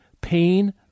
Pain